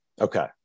Okay